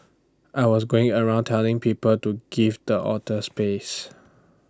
I was going around telling people to give the otters space